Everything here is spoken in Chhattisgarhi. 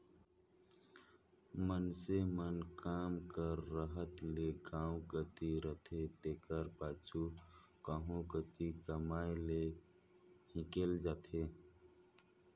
मइनसे मन काम कर रहत ले गाँव कती रहथें तेकर पाछू कहों कती कमाए लें हिंकेल जाथें